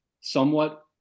somewhat